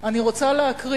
אני רוצה להקריא,